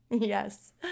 Yes